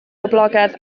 boblogaidd